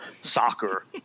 soccer